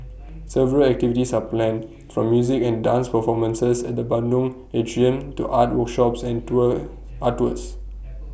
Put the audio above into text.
several activities are planned from music and dance performances at the Padang atrium to art workshops and tour art tours